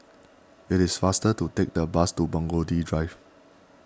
it is faster to take the bus to Burgundy Drive